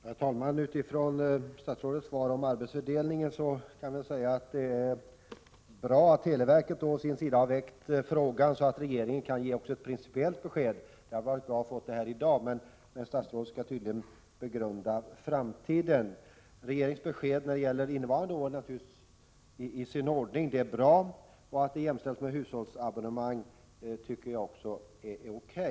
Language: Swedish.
Herr talman! Med anledning av statsrådets svar om arbetsfördelningen kan jag väl säga att det är bra att televerket å sin sida har väckt frågan. Således kan regeringen ge ett principiellt besked. Det hade varit bra att få ett sådant i dag, men statsrådet skall tydligen begrunda framtiden. Regeringens besked när det gäller innevarande år är naturligtvis i sin ordning. Det är bra. Att ideella föreningars abonnemang jämställs med hushållsabonnemang tycker jag också är O.K.